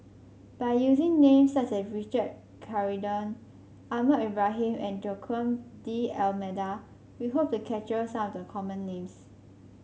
by using names such as Richard Corridon Ahmad Ibrahim and Joaquim D'Almeida we hope to capture some of the common names